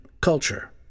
culture